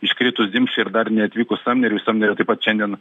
iškritus dimšai ir dar neatvykus samneriui samnerio taip pat šiandien